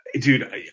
Dude